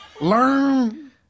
Learn